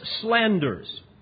slanders